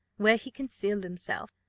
where he concealed himself,